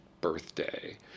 birthday